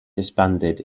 disbanded